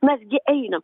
mes gi einam